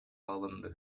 алынды